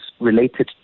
related